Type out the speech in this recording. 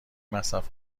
مصرف